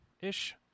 ish